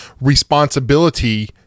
responsibility